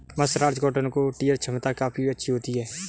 mercerised cotton की tear छमता काफी अच्छी होती है